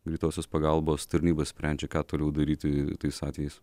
greitosios pagalbos tarnyba sprendžia ką toliau daryti tais atvejais